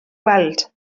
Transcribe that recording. weld